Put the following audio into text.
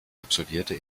absolvierte